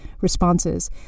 responses